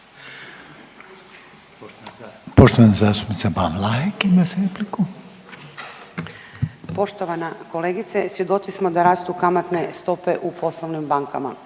Poštovana kolegice svjedoci smo da rastu kamatne stope u poslovnim bankama.